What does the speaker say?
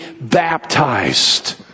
baptized